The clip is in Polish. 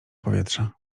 powietrza